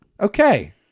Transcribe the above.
Okay